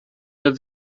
der